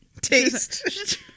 taste